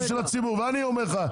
ואני אומר לך,